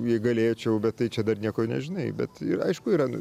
jei galėčiau bet tai čia dar nieko nežinai bet aišku yra